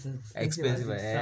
expensive